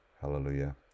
Hallelujah